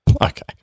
Okay